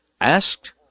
asked